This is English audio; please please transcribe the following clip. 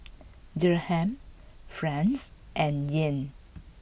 Dirham Franc and Yen